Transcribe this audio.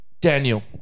Daniel